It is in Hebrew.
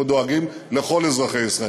אנחנו דואגים לכל אזרחי ישראל,